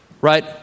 right